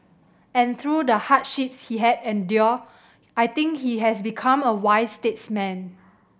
and through the hardship he had endure I think he has become a wise statesman